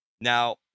Now